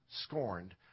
scorned